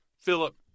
philip